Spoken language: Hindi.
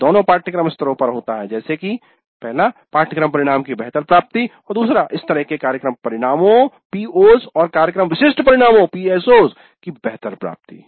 यह दोनों पाठ्यक्रम स्तरों पर होता है जैसे की 1पाठ्यक्रम परिणाम की बेहतर प्राप्ति और 2इस तरह के 'कार्यक्रम परिणामों PO's' और 'कार्यक्रम विशिष्ट परिणामों PSO's' की बेहतर प्राप्ति